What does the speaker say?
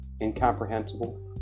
incomprehensible